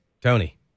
Tony